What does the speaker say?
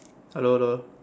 hello hello